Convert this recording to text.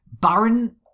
Baron